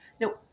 No